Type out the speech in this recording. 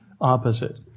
opposite